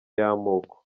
y’amoko